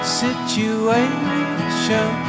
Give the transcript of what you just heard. situation